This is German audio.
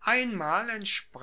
einmal